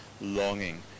longing